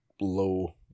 low